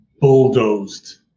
bulldozed